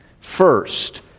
First